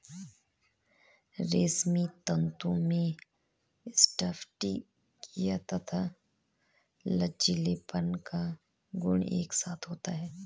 रेशमी तंतु में स्फटिकीय तथा लचीलेपन का गुण एक साथ होता है